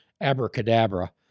abracadabra